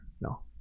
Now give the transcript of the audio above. no